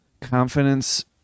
confidence